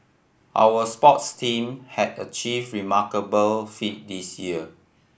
our sports team have achieve remarkable feat this year